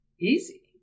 Easy